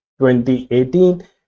2018